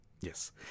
yes